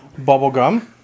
Bubblegum